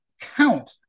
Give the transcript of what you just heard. count